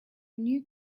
new